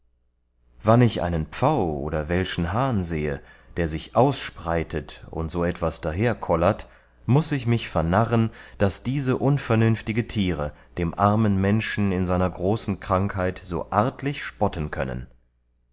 wann ich einen pfau oder welschen hahn sehe der sich ausspreitet und so etwas daher kollert muß ich mich vernarren daß diese unvernünftige tiere dem armen menschen in seiner großen krankheit so artlich spotten können